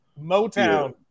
Motown